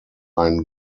ein